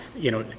you know,